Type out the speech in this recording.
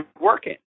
working